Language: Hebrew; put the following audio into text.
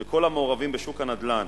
וכל המעורבים בשוק הנדל"ן,